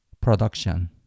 production